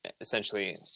essentially